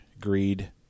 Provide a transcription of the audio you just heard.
greed